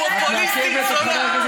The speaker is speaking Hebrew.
מאשימה את כולם בלי שום ביקורת.